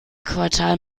quartal